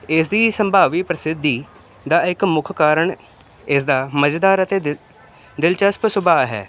ਇਸ ਦੀ ਸੰਭਾਵੀ ਪ੍ਰਸਿੱਧੀ ਦਾ ਇੱਕ ਮੁੱਖ ਕਾਰਨ ਇਸ ਦਾ ਮਜ਼ੇਦਾਰ ਅਤੇ ਦਿਲ ਦਿਲਚਸਪ ਸੁਭਾਅ ਹੈ